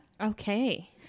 Okay